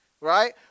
right